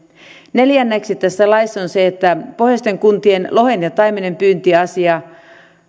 neljänneksi tässä laissa on se että pohjoisten kuntien lohen ja taimenen pyyntiasia